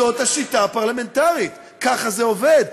זאת השיטה הפרלמנטרית, ככה זה עובד.